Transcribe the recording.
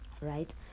Right